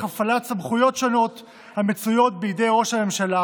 הפעלת סמכויות שונות המצויות בידי ראש הממשלה,